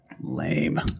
lame